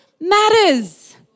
matters